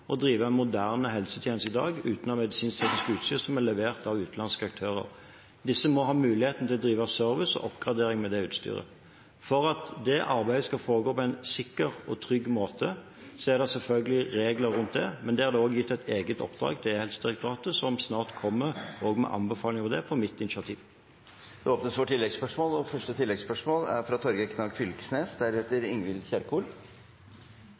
drive moderne helsetjeneste i dag uten medisinsk-teknisk utstyr som er levert av utenlandske aktører. Disse må ha muligheten til å drive service og oppgradering av det utstyret. For at det arbeidet skal foregå på en sikker og trygg måte, er det selvfølgelig regler rundt det, men der er det også gitt et eget oppdrag til Direktoratet for e-helse, som snart også kommer med anbefalinger, og det er på mitt initiativ. Det åpnes for oppfølgingsspørsmål – først Torgeir Knag Fylkesnes. Det er